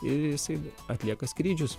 ir jisai atlieka skrydžius